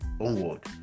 onward